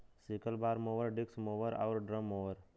sickle bar mower, disc mower आउर drum mower